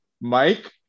Mike